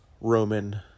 Roman